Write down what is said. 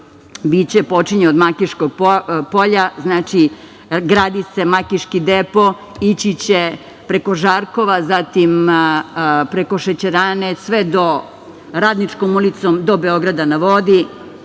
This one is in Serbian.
počinje od Makiškog polja, gradi se Makiški depo, ići će preko Žarkova, zatim preko šećerane, sve do, Radničkom ulicom, do Beograda na vodi